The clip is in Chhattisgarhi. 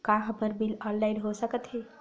का हमर बिल ऑनलाइन हो सकत हे?